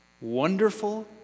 wonderful